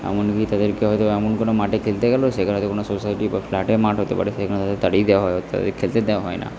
এমনকি তাদেরকে হয়তো এমন কোনো মাঠে খেলতে গেল সেখানেতে কোনো সোসাইটি বা ফ্ল্যাটের মাঠ হতে পারে সেখানে থেকে তাদের তাড়িয়ে দেওয়া হয় তাদের খেলতে দেওয়া হয় না